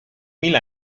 mil